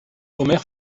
homer